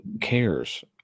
cares